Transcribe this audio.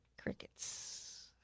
crickets